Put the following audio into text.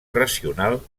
racional